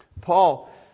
Paul